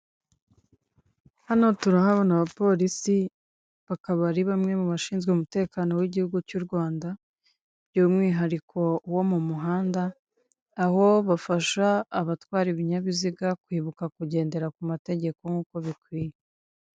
Hano turahabona abapolisi, bakaba ari bamwe mu bashinzwe umutekano w'igihugu cy'u Rwanda by'umwihariko uwo mu muhanda, aho bafasha abatwara ibinyabiziga kwibuka kugendera ku mategeko nk'uko bikwiye.